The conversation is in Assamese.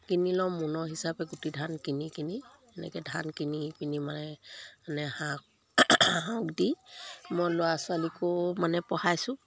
কিনি লওঁ মোনৰ হিচাপে গুটি ধান কিনি কিনি এনেকৈ ধান কিনি পিনি মানে মানে হাঁহ হাঁহক দি মই ল'ৰা ছোৱালীকো মানে পঢ়াইছোঁ